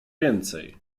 więcej